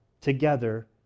together